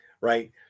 right